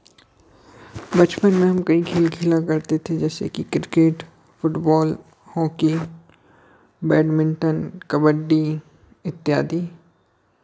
बचपन में हम कई खेल खेला करते थे जैसे कि cricket football hockey badminton kabaddi इत्यादि